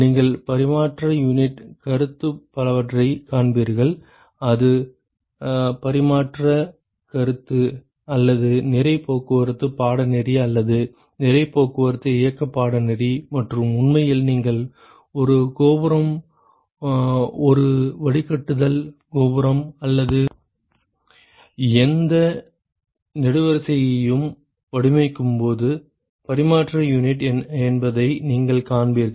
நீங்கள் பரிமாற்ற யூனிட் கருத்துப் பலவற்றைக் காண்பீர்கள் அது பரிமாற்ற யூனிட் கருத்து அல்லது நிறை போக்குவரத்து பாடநெறி அல்லது நிறை போக்குவரத்து இயக்கப் பாடநெறி மற்றும் உண்மையில் நீங்கள் ஒரு கோபுரம் ஒரு வடிகட்டுதல் கோபுரம் அல்லது எந்த நெடுவரிசையையும் வடிவமைக்கும்போது பரிமாற்ற யூனிட் என்பதை நீங்கள் காண்பீர்கள்